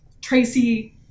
tracy